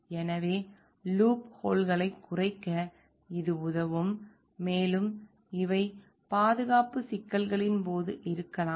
எனவே லூப் ஹோல்களைக் குறைக்க இது உதவும் மேலும் இவை பாதுகாப்புச் சிக்கல்களின் போது இருக்கலாம்